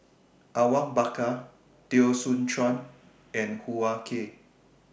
Awang Bakar Teo Soon Chuan and Hoo Ah Kay